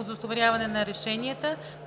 удостоверяване на решенията,